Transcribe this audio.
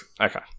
Okay